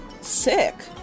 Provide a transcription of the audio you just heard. Sick